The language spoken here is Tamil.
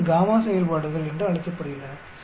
இவை γ செயல்பாடுகள் γ functions என்று அழைக்கப்படுகின்றன